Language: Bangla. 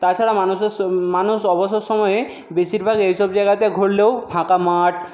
তাছাড়া মানুষের মানুষ অবসর সময়ে বেশিরভাগ এই সব জায়গাতে ঘুরলেও ফাঁকা মাঠ